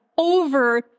over